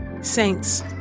saints